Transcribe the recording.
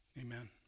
Amen